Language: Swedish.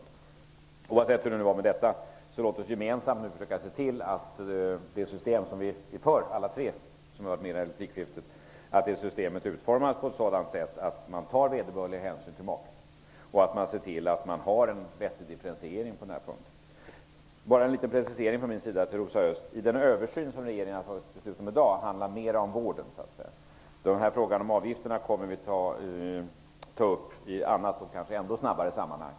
Oavsett hur det var med detta, låt oss gemensamt se till att det system som vi alla tre som har deltagit i replikskiftet är för, utformas på sådant sätt att vederbörlig hänsyn tas till maken och att det blir en vettig differentiering på den här punkten. Jag vill ge en precisering till Rosa Östh. Den översyn som regeringen har fattat beslut om i dag handlar mer om vården. Frågan om avgifterna kommer vi att ta upp i andra och snabbare sammanhang.